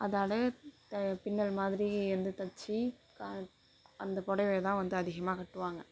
அதாலே த பின்னல் மாதிரி வந்து தச்சி கால் அந்த புடவைய தான் வந்து அதிகமாக கட்டுவாங்கள்